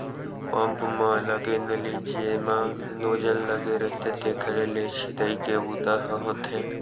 pump म लगे नली जेमा नोजल लगे रहिथे तेखरे ले छितई के बूता ह होथे